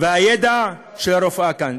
והידע של הרפואה כאן.